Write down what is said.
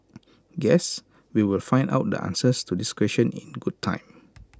guess we will find out the answers to these questions in good time